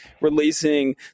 releasing